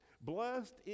blessed